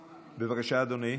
בבקשה, אדוני.